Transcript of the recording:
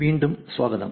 വീണ്ടും സ്വാഗതം